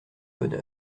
bonne